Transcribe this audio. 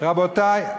רבותי,